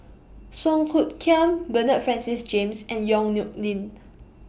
Song Hoot Kiam Bernard Francis James and Yong Nyuk Lin